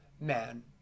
man